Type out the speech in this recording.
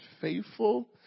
faithful